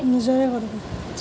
নিজৰে কৰোঁ